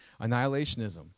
Annihilationism